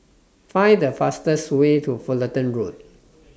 Find The fastest Way to Fullerton Road